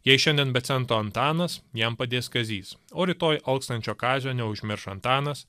jei šiandien be cento antanas jam padės kazys o rytoj alkstančio kazio neužmirš antanas